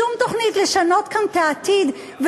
שום תוכנית לשנות כאן את העתיד,